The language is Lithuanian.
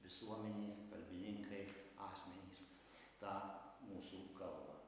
visuomenė kalbininkai asmenys tą mūsų kalbą